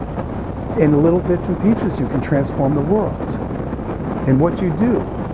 in little bits and pieces, you can transform the world in what you do.